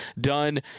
Done